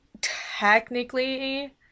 technically